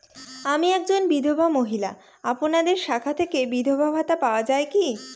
আমি একজন বিধবা মহিলা আপনাদের শাখা থেকে বিধবা ভাতা পাওয়া যায় কি?